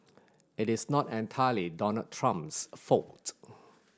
it is not entirely Donald Trump's fault